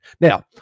now